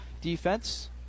defense